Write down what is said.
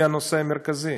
הוא הנושא המרכזי.